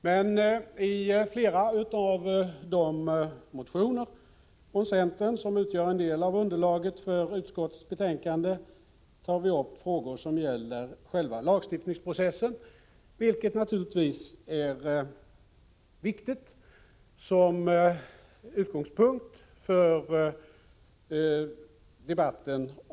Men i flera av de centermotioner som utgör en del av underlaget för utskottets betänkande tar vi upp frågor som gäller själva lagstiftningsprocessen, vilken naturligtvis är viktig.